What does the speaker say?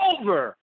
over